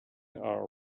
are